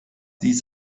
dies